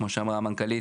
כמו שאמרה המנכ"לית,